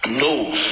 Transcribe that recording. No